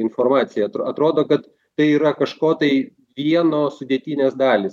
informaciją atr atrodo kad tai yra kažko tai vieno sudėtinės dalys